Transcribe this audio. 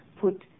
put